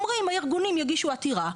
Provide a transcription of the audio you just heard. אומרים שהארגונים יגישו עתירה,